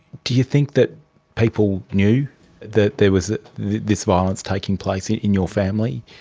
do you think that people knew that there was this violence taking place in in your family?